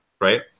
right